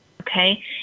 okay